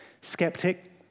skeptic